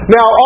Now